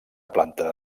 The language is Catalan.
planta